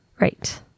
Right